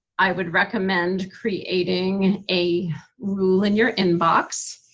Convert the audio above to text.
i would recommend creating a rule in your inbox,